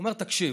הוא אומר: תקשיב,